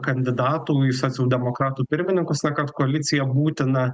kandidatų į socialdemokratų pirmininkus na kad koaliciją būtina